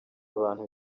abantu